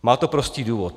Má to prostý důvod.